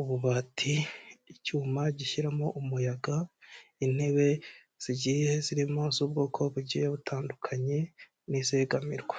ububati, icyuma gishyiramo umuyaga intebe zigiye zirimo z'ubwoko bugiye butandukanye n'izegamirwa.